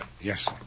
Yes